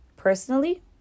Personally